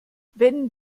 wenn